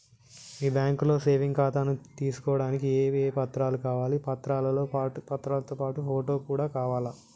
మీ బ్యాంకులో సేవింగ్ ఖాతాను తీసుకోవడానికి ఏ ఏ పత్రాలు కావాలి పత్రాలతో పాటు ఫోటో కూడా కావాలా?